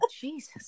Jesus